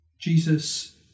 Jesus